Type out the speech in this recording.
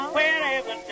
wherever